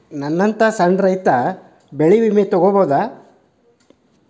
ನನ್ನಂತಾ ಸಣ್ಣ ರೈತ ಬೆಳಿ ವಿಮೆ ತೊಗೊಬೋದ?